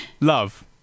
Love